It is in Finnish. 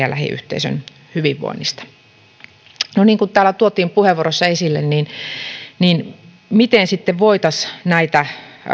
ja lähiyhteisön hyvinvoinnista niin kuin täällä tuotiin puheenvuoroissa esille miten sitten voitaisiin näitä